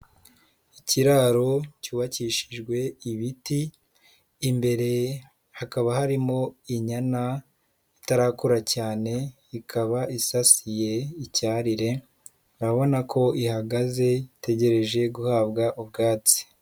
Ikiraro cyubakishijwe ibiti, imbere hakaba harimo inyana itarakura cyane, ikaba isasiye icyarire. Urabona ko ihagaze itegereje guhabwa ubwatsi.